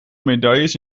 medailles